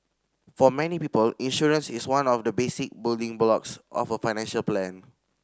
for many people insurance is one of the basic building blocks of a financial plan